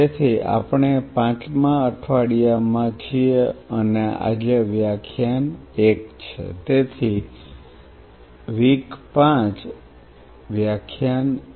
તેથી આપણે 5 માં અઠવાડિયા માં છીએ અને આજે વ્યાખ્યાન 1 છે તેથી W5 L1